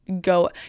go